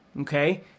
okay